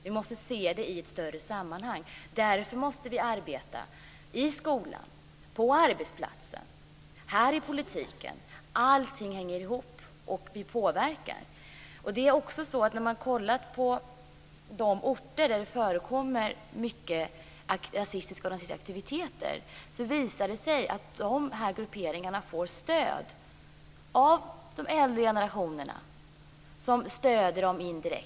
Vi måste se det i ett större sammanhang. Därför måste vi arbeta i skolan, på arbetsplatsen, här i politiken. Allting hänger i hop, och vi påverkar. När man kollade på de orter där det förekommer mycket rasistiska och nazistiska aktiviteter visade det sig att de här grupperingarna får stöd av de äldre generationerna, som stöder dem indirekt.